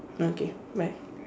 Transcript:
okay bye